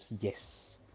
yes